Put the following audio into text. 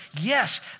yes